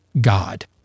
God